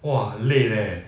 !wah! 累 leh